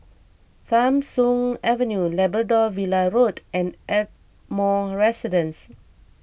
Tham Soong Avenue Labrador Villa Road and Ardmore Residence